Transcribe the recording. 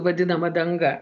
vadinama danga